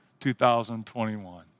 2021